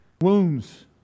Wounds